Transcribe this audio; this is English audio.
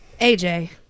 AJ